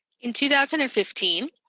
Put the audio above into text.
in two thousand and fifteen,